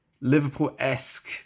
Liverpool-esque